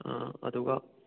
ꯑꯥ ꯑꯗꯨꯒ